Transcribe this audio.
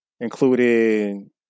including